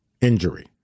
injury